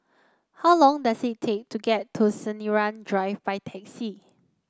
how long does it take to get to Sinaran Drive by taxi